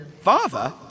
Father